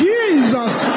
Jesus